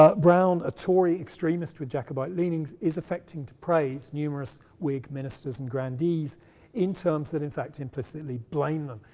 ah brown, a tory extremist, with jacobite leanings, is affecting to praise numerous whig ministers and grandees in terms that in fact implicitly blame them.